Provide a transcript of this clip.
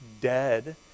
dead